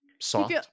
soft